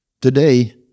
Today